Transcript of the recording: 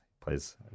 plays